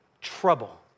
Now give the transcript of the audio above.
trouble